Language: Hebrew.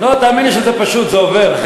לא, תאמין לי שזה פשוט, זה עובר.